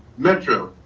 metro,